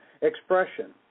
expression